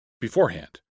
beforehand